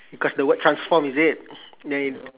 because the word transform is it